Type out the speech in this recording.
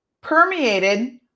permeated